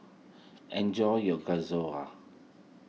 enjoy your